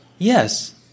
Yes